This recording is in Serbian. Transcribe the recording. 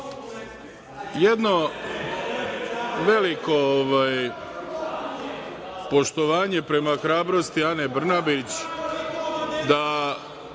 jedno veliko poštovanje prema hrabrosti Ane Brnabić da